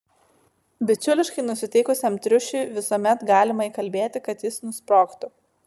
bičiuliškai nusiteikusiam triušiui visuomet galima įkalbėti kad jis nusprogtų